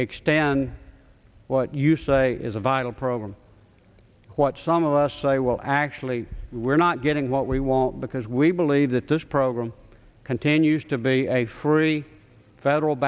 extend what you say is a vital program what some of us say well actually we're not getting what we want because we believe that this program continues to be a free federal